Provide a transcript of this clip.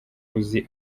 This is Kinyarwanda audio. uzi